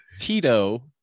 Tito